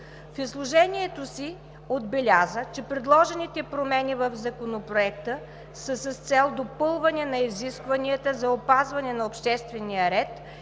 В изложението си отбеляза, че предложените промени в Законопроекта са с цел допълване на изискванията за опазване на обществения ред